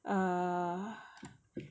err